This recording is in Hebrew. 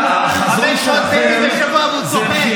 החזון שלכם, 500 מתים בשבוע והוא צוחק.